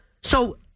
So-